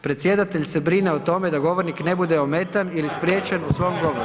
Predsjedatelj se brine o tome da govornik ne bude ometan ili spriječen u svom govoru.